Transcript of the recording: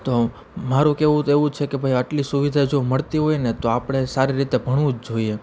તો મારું કહેવું તો એવું છે કે ભાઈ આટલી સુવિધા જો મળતી હોય ને તો આપણે સારી રીતે ભણવું જ જોઈએ